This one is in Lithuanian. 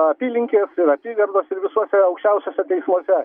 apylinkės apygardos ir visuose aukščiausiuose teismuose